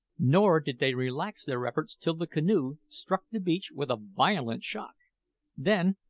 nor did they relax their efforts till the canoe struck the beach with a violent shock then,